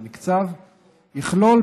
היתר,